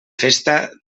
festa